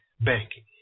Banking